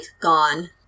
gone